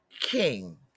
king